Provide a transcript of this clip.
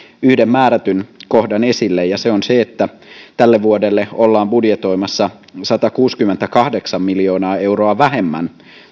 yhden määrätyn kohdan esille ja se on se että tälle vuodelle ollaan budjetoimassa satakuusikymmentäkahdeksan miljoonaa euroa vähemmän